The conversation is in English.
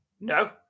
No